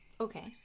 Okay